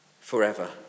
forever